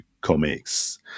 comics